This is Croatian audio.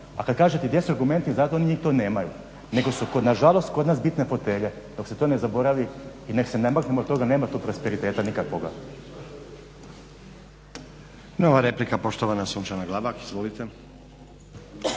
a kada kažete gdje su argumenti za to oni to nemaju. Nego su nažalost kod nas bitne fotelje. Dok se to ne zaboravi i dok se ne maknemo od toga nema tu prosperiteta tu nikakvoga.